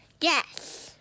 Yes